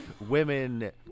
women